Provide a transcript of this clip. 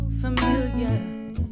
familiar